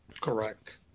Correct